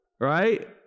right